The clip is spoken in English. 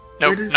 Nope